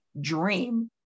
dream